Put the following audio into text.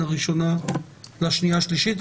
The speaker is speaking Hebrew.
הקריאה הראשונה לקריאה השנייה והשלישית.